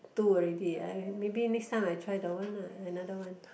two already I maybe next time I try the one lah another one